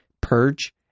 purge